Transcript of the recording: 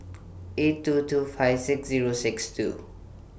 eight two two five six Zero six two